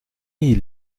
ils